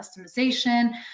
customization